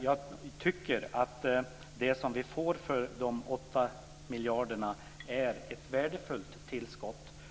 Jag tycker att det som vi får för dessa 8 miljarder är ett värdefullt tillskott.